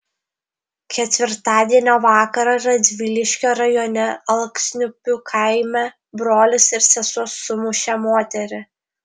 ketvirtadienio vakarą radviliškio rajone alksniupių kaime brolis ir sesuo sumušė moterį